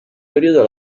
periodo